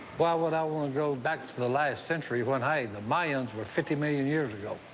why would i want to go back to the last century when, hey, the mayans were fifty million years ago?